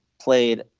played